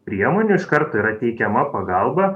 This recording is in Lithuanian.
priemonių iš karto yra teikiama pagalba